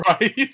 Right